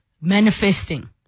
manifesting